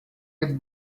with